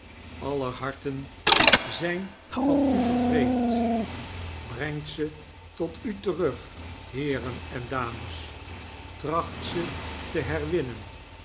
aller harten zijn van u vervreemd brengt ze tot u tetrug heeren en dames tracht ze tie herwinnen